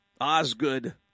Osgood